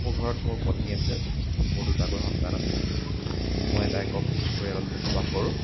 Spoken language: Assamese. মোৰ ঘৰত মোৰ পত্নী আছে মোৰ দুটাকৈ সন্তান আছে মই এটা একক পৰিয়ালত বসবাস কৰোঁ